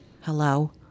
Hello